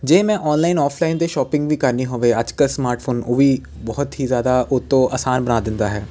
ਜੇ ਮੈਂ online offline 'ਤੇ ਸ਼ੋਪਿੰਗ ਵੀ ਕਰਨੀ ਹੋਵੇ ਅੱਜ ਕੱਲ੍ਹ ਸਮਾਰਟਫੋਨ ਉਹ ਵੀ ਬਹੁਤ ਹੀ ਜ਼ਿਆਦਾ ਉੱਤੋਂ ਆਸਾਨ ਬਣਾ ਦਿੰਦਾ ਹੈ